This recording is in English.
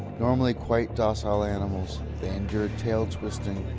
normally quite docile animals, they endure tail twisting,